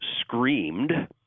screamed